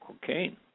cocaine